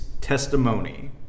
testimony